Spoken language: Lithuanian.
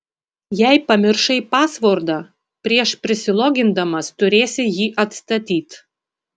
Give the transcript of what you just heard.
jei pamiršai pasvordą prieš prisilogindamas turėsi jį atstatyt